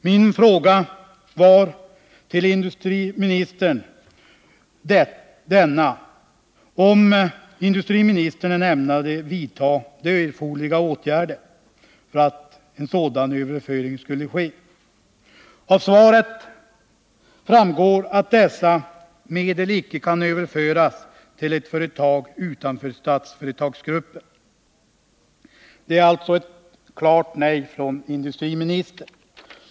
Min fråga gällde om industriministern ämnade vidta erforderliga åtgärder för att en sådan överföring skulle ske. Av svaret framgår att medlen icke kan överföras till ett företag utanför Statsföretagsgruppen. Det är alltså ett klart nej från industriministern.